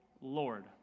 Lord